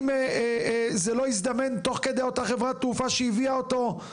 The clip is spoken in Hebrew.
אם זה לא הזדמן תוך כדי אותה חברת תעופה שהביאה אותו,